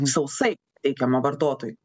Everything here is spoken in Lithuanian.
sausai teikiama vartotojui